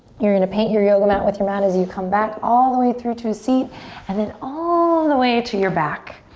you're gonna paint your yoga mat with your mat as you come back all the way through to a seat and then all the way to your back.